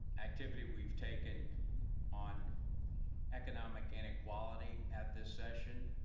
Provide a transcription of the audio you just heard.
activity we've taken on economic inequality at this session,